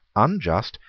unjust,